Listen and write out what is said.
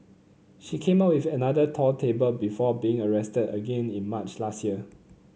she came up with another tall tale before being arrested again in March last year